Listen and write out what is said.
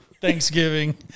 Thanksgiving